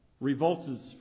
revolts